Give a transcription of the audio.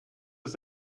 ist